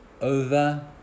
over